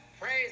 praise